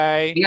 Bye